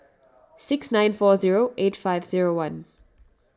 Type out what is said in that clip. six nine four zero eight five zero one